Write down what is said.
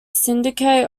syndicate